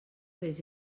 vés